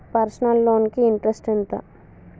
Personal loan కి interest ఎంత?